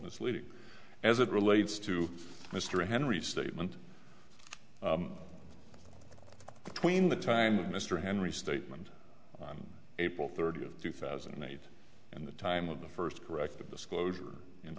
misleading as it relates to mr henry statement tween the time of mr henry statement on april thirtieth two thousand and eight and the time of the first corrected disclosure in